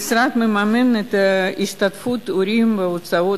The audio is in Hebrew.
המשרד מממן את השתתפות העולים בהוצאות